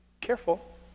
Careful